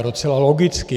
Docela logicky.